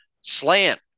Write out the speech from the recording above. slant